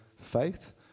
faith